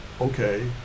okay